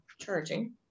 charging